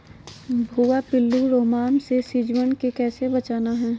भुवा पिल्लु, रोमहवा से सिजुवन के कैसे बचाना है?